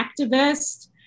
activist